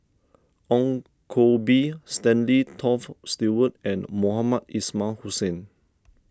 Ong Koh Bee Stanley Toft Stewart and Mohamed Ismail Hussain